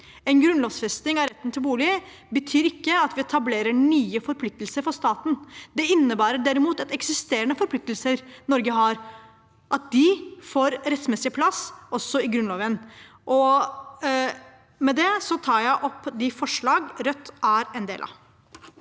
En grunnlovfesting av retten til bolig betyr ikke at vi etablerer nye forpliktelser for staten. Det innebærer derimot at eksisterende forpliktelser Norge har, får rettmessig plass også i Grunnloven. Med det tar jeg opp det forslaget Rødt er med på.